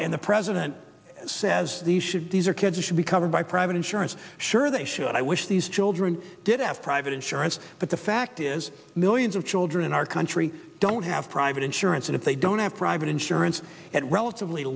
saw the president says these are kids who should be covered by private insurance sure they should i wish these children did after i've had insurance but the fact is millions of children in our country don't have private insurance and if they don't have private insurance at relatively